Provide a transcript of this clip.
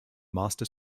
master